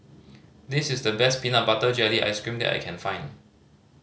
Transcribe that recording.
this is the best peanut butter jelly ice cream that I can find